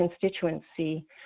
constituency